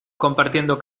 compartiendo